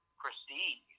prestige